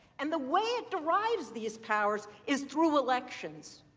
and the way it derives these powers is through elections.